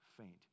faint